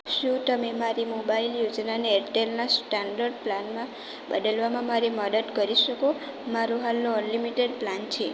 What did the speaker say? શું તમે મારી મોબાઇલ યોજનાને એરટેલના સ્ટાન્ડડ પ્લાનમાં બદલવામાં મારી મદદ કરી શકો મારો હાલનો અનલિમિટેડ પ્લાન છે